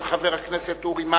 של חבר הכנסת אורי מקלב,